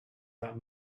that